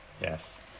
Yes